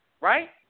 right